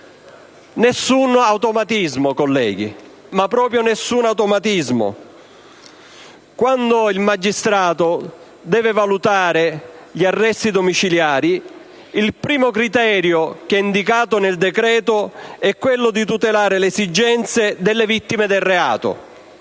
Nessun automatismo, colleghi, ma proprio nessuno. Quando il magistrato deve valutare gli arresti domiciliari, il primo criterio indicato nel decreto è tutelare le esigenze delle vittime del reato,